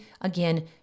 again